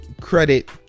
credit